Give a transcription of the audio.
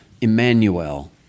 emmanuel